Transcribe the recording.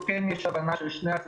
אני מנסה לתת למורים את הבמה.